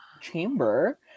Chamber